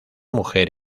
mujer